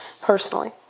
personally